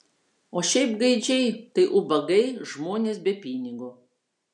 o šiaip gaidžiai tai ubagai žmonės be pinigo